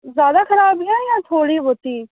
जैदा खराब ऐ जां थोह्ड़ी बौह्ती